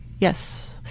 Yes